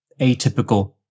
atypical